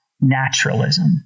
naturalism